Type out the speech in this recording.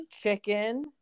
Chicken